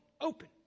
open